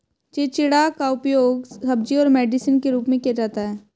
चिचिण्डा का उपयोग सब्जी और मेडिसिन के रूप में किया जाता है